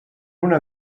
una